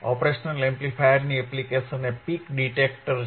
ઓપ એમ્પની એપ્લિકેશન એ peak detector છે